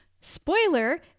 spoiler